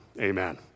Amen